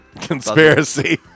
Conspiracy